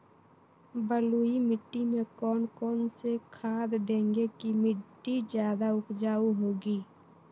बलुई मिट्टी में कौन कौन से खाद देगें की मिट्टी ज्यादा उपजाऊ होगी?